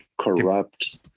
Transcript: corrupt